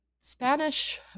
Spanish